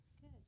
good